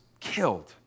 killed